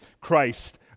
Christ